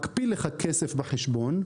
מקפיא לך כסף בחשבון.